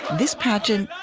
this pageant,